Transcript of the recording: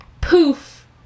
Poof